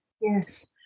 Yes